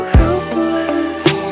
helpless